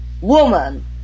woman